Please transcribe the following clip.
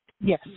Yes